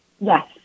Yes